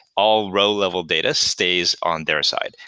all row level data stays on their side.